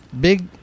Big